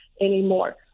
anymore